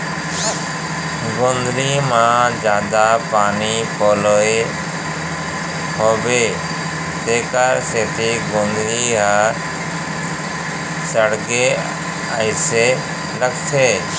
गोंदली म जादा पानी पलोए होबो तेकर सेती गोंदली ह सड़गे अइसे लगथे